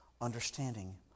understanding